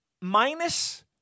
Minus